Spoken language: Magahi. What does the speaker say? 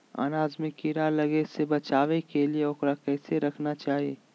अनाज में कीड़ा लगे से बचावे के लिए, उकरा कैसे रखना चाही?